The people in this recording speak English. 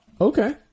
Okay